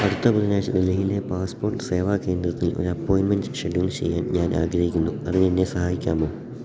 അടുത്ത ബുധനാഴ്ച ഡൽഹിയിലെ പാസ്പ്പോട്ട് സേവാ കേന്ദ്രത്തിൽ ഒരപ്പോയിൻ്റ്റ്റ്മെൻറ്റ് ഷെഡ്യൂൾ ചെയ്യാൻ ഞാൻ ആഗ്രഹിക്കുന്നു അതിനെന്നെ സഹായിക്കാമോ